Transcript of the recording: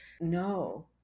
no